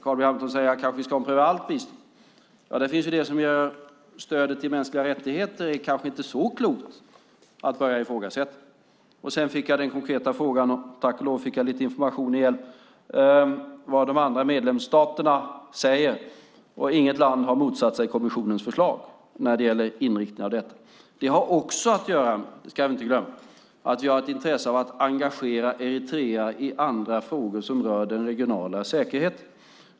Carl B Hamilton säger att vi borde ompröva allt bistånd, men det kanske inte är så klokt att börja ifrågasätta stödet till mänskliga rättigheter. Jag fick en konkret fråga - tack och lov fick jag lite information igen - om vad de andra medlemsstaterna säger. Inget land har motsatt sig kommissionens förslag när det gäller inriktningen av detta. Vi ska inte glömma att det också har att göra med att vi har intresse av att engagera Eritrea i andra frågor som rör den regionala säkerheten.